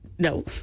No